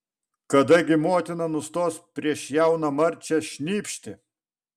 kada gi motina nustos prieš jauną marčią šnypšti